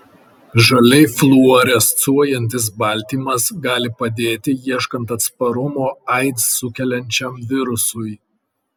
žaliai fluorescuojantis baltymas gali padėti ieškant atsparumo aids sukeliančiam virusui